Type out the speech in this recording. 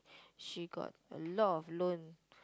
she got a lot of loan